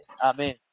Amen